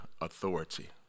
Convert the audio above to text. authority